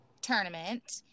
tournament